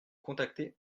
contacter